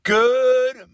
Good